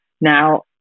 Now